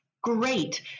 great